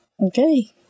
Okay